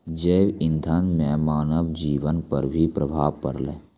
जैव इंधन से मानव जीबन पर भी प्रभाव पड़लै